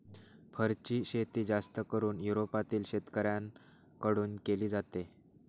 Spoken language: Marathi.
फरची शेती जास्त करून युरोपातील शेतकऱ्यांन कडून केली जाते